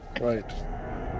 right